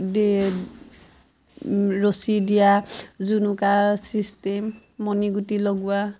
ৰছী দিয়া জোনোকা চিষ্টেম মণিগুটি লগোৱা